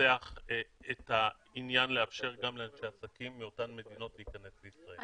לנסח את העניין לאפשר גם לאנשי עסקים מאותן מדינות להיכנס לישראל.